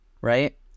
right